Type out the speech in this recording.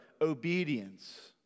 obedience